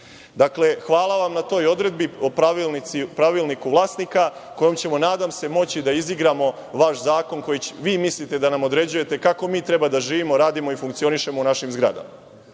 Dakle, hvala vam na toj odredbi o pravilniku vlasnika, kojom ćemo nadam se moći da izigramo vaš zakon kojim vi mislite da nam određujete kako mi treba da živimo, radimo i funkcionišemo u našim zgradama. Druga